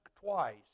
twice